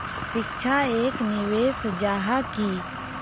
शिक्षा एक निवेश जाहा की?